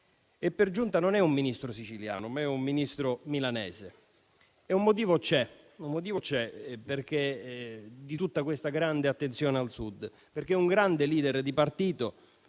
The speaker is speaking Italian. Per giunta, non è un Ministro siciliano, ma un Ministro milanese. Un motivo di tutta questa grande attenzione al Sud c'è: perché è un grande *leader* di partito,